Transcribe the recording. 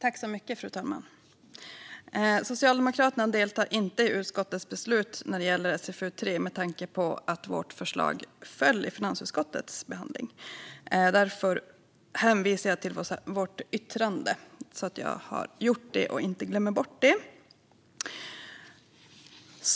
Fru talman! Socialdemokraterna deltar inte i riksdagens beslut om SfU3 med tanke på att vårt förslag föll i finansutskottets behandling. Därför hänvisar jag till vårt yttrande, så att jag inte glömmer bort det.